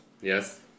Yes